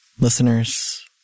Listeners